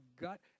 gut